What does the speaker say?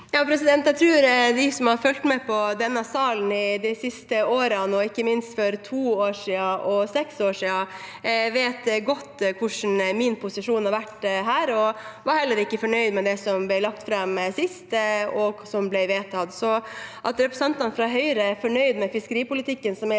Jeg tror at de som har fulgt med på denne salen i de siste årene, og ikke minst for to år siden og seks år siden, vet godt hva mitt standpunkt har vært. Jeg var heller ikke fornøyd med det som ble lagt fram sist, og som ble vedtatt. Så at representantene fra Høyre er fornøyd med fiskeripolitikken